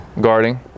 Guarding